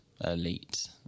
elite